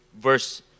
verse